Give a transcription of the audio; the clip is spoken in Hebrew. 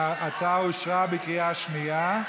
ההצעה אושרה בקריאה שנייה.